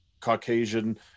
caucasian